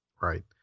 Right